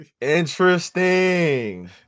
Interesting